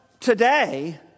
Today